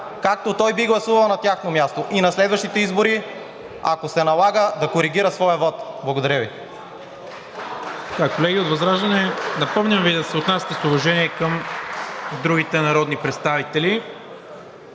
както той би гласувал на тяхно място, и на следващите избори, ако се налага, да коригира своя вот. Благодаря Ви.